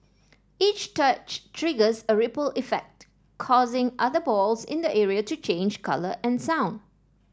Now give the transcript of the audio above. each touch triggers a ripple effect causing other balls in the area to change colour and sound